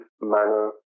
manner